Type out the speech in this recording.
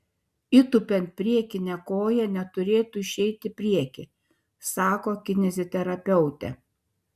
įtūpiant priekinė koja neturėtų išeiti į priekį sako kineziterapeutė